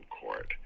court